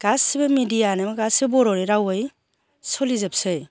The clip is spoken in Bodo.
गासिबो मिडियानो गासिबो बर'नि रावै सलिजोबसै